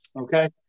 Okay